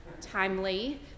timely